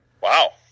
Wow